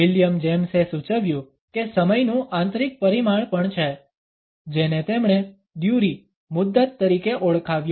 William જેમ્સે સૂચવ્યું કે સમયનું આંતરિક પરિમાણ પણ છે જેને તેમણે ડ્યુરી મુદ્દત તરીકે ઓળખાવ્યો